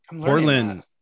Portland